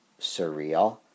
surreal